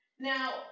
Now